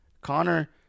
Connor